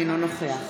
אינו נוכח